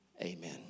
Amen